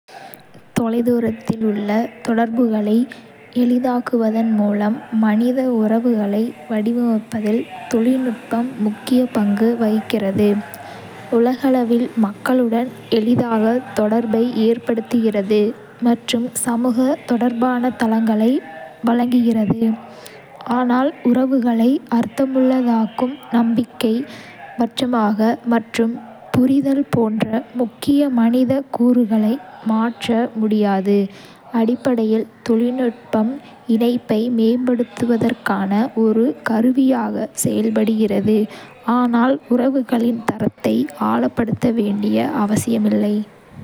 தொலைதூரத்தில் உள்ள தொடர்புகளை எளிதாக்குவதன் மூலம் மனித உறவுகளை வடிவமைப்பதில் தொழில்நுட்பம் முக்கிய பங்கு வகிக்கிறது, உலகளவில் மக்களுடன் எளிதாக தொடர்பை ஏற்படுத்துகிறது மற்றும் சமூக தொடர்புக்கான தளங்களை வழங்குகிறது. ஆனால் உறவுகளை அர்த்தமுள்ளதாக்கும் நம்பிக்கை, பச்சாதாபம் மற்றும் புரிதல் போன்ற முக்கிய மனித கூறுகளை மாற்ற முடியாது; அடிப்படையில், தொழில்நுட்பம் இணைப்பை மேம்படுத்துவதற்கான ஒரு கருவியாக செயல்படுகிறது, ஆனால் உறவுகளின் தரத்தை ஆழப்படுத்த வேண்டிய அவசியமில்லை.